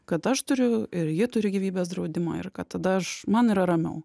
kad aš turiu ir ji turi gyvybės draudimą ir kad tada aš man yra ramiau